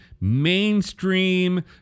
mainstream